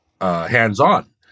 hands-on